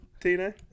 tina